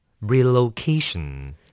Relocation